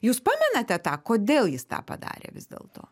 jūs pamenate tą kodėl jis tą padarė vis dėlto